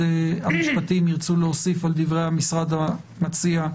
המשפטים ירצו להוסיף על דברי המשרד המציע,